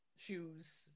Shoes